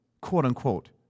quote-unquote